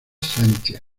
sánchez